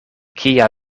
kia